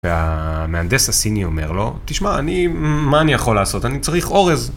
והמהנדס הסיני אומר לו, תשמע, אני... מה אני יכול לעשות? אני צריך אורז.